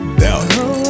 down